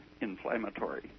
inflammatory